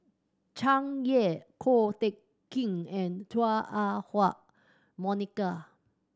Tsung Yeh Ko Teck Kin and Chua Ah Huwa Monica